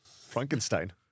Frankenstein